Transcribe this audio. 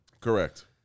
Correct